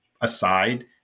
aside